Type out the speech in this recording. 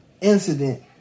incident